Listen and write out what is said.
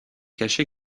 cacher